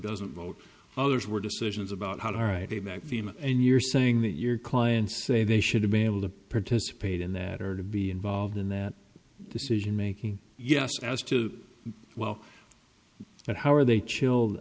doesn't vote others were decisions about how to write a back and you're saying that your clients say they should have been able to participate in that or to be involved in that decision making yes as to well but how are they chill